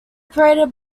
operated